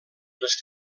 les